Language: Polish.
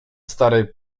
stary